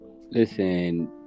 Listen